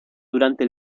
durante